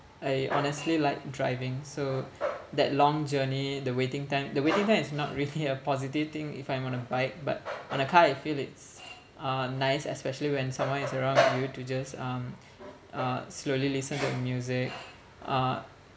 I honestly like driving so that long journey the waiting time the waiting time is not really a positive thing if I'm on a bike but on a car you feel it's uh nice especially when someone is around you to just um uh slowly listen to the music uh